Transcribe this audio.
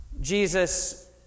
Jesus